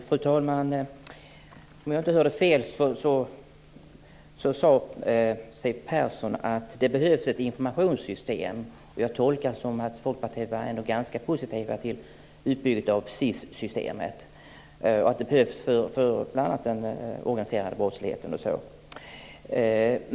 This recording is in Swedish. Fru talman! Om jag inte hörde fel sade Siw Persson att det behövs ett informationssystem. Jag tolkar det som att man i Folkpartiet ändå är ganska positiv till en utbyggnad av SIS och tycker att det behövs bl.a. mot den organiserade brottsligheten.